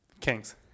Kings